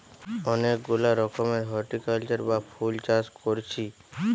অনেক গুলা রকমের হরটিকালচার বা ফুল চাষ কোরছি